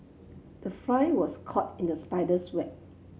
the fly was caught in the spider's web